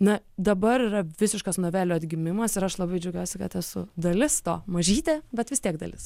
na dabar yra visiškas novelių atgimimas ir aš labai džiaugiuosi kad esu dalis to mažytė bet vis tiek dalis